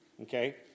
Okay